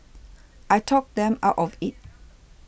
I talked them out of it